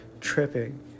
tripping